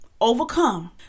overcome